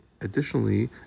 Additionally